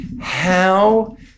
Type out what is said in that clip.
how-